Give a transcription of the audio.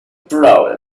proud